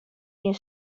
gjin